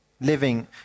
living